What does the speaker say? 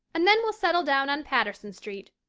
and then we'll settle down on patterson street.